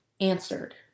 answered